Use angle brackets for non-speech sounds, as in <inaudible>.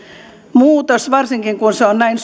muutos varsinkin kun se on näin <unintelligible>